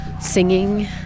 singing